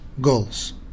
goals